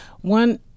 One